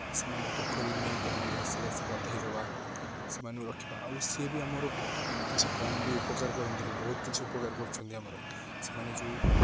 ସେମାନେ ପୋଖରୀକୁ ନେଇ ତାଙ୍କୁ ଘସି ଘାସି ଗାଧୋଇଦେବା ସେମାନଙ୍କୁ ରଖିବା ଆଉ ସେ ବି ଆମର କିଛି କମ୍ ବି ଉପକାର କରନ୍ତିନି ବହୁତ କିଛି ଉପକାର କରୁଛନ୍ତି ଆମର ସେମାନେ ଯେଉଁ